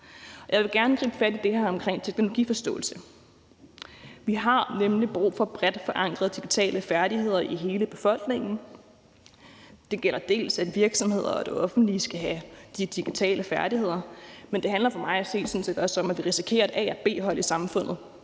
jeg vil gerne gribe fat i det her omkring teknologiforståelse. Vi har nemlig brug for bredt forankrede digitale færdigheder i hele befolkningen. Det gælder både det, at virksomhederne og det offentlige skal have de digitale færdigheder, men det handler for mig at se sådan set også om, at vi risikerer at få et A-hold og et B-hold i samfundet,